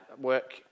work